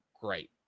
great